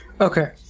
Okay